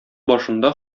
башында